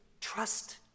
Trust